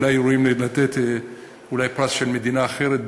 אולי ראוי לתת פרס של מדינה אחרת,